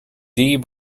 dee